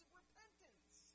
repentance